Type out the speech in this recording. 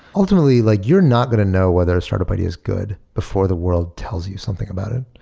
ultimately, like you're not going to know whether a startup idea is good before the world tells you something about it,